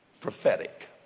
prophetic